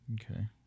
Okay